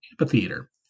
Amphitheater